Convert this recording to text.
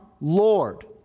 Lord